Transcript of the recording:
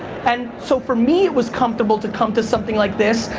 and so for me, it was comfortable to come to something like this,